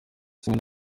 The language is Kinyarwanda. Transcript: zimwe